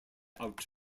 out